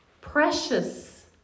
Precious